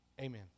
Amen